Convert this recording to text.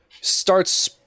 starts